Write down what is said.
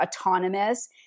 autonomous